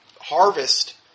harvest